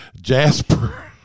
jasper